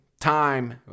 time